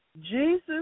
Jesus